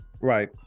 right